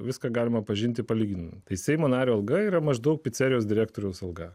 viską galima pažinti palyginti tai seimo nario alga yra maždaug picerijos direktoriaus alga